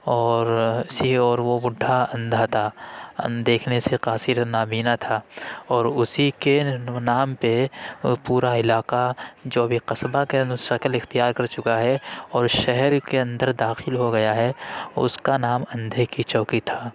اور اسی اور وہ بڈھا اندھا تھا دیکھنے سے قاصر نابینا تھا اور اسی کے نام پہ پورا علاقہ جو ابھی قصبہ کے شکل اختیار کر چکا ہے اور شہر کے اندر داخل ہو گیا ہے اس کا نام اندھے کی چوکی تھا